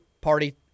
party